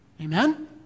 Amen